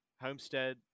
homestead